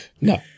no